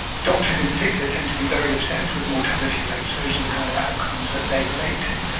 doctors in particular tend to be very obsessed with mortality rates, those are the kind of outcomes that they relate to.